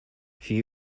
she